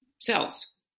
cells